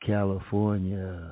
California